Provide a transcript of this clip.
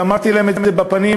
ואמרתי להם את זה בפנים,